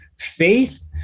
Faith